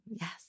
Yes